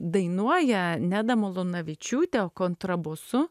dainuoja neda malūnavičiūtė kontrabosu